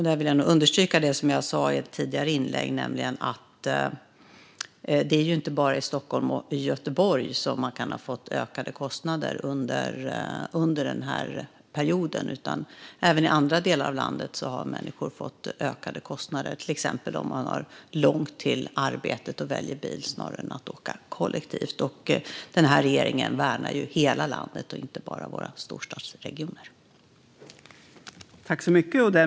Där vill jag understryka det jag sa tidigare om att det inte bara är i Stockholm och Göteborg som man kan ha fått ökade kostnader under den här perioden. Även i andra delar av landet har människor fått ökade kostnader, till exempel om man har långt till arbetet och väljer bil framför att åka kollektivt. Den här regeringen värnar ju hela landet, inte bara våra storstadsregioner.